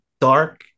dark